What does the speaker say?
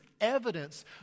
evidence